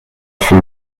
from